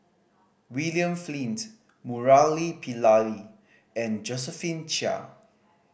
William Flint Murali and Josephine Chia